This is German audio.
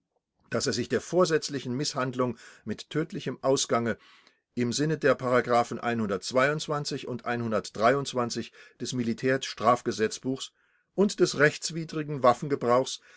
daß er sich der vorsätzlichen mißhandlung mit tödlichem ausgange im sinne der und des militär strafgesetzbuchs und des rechtswidrigen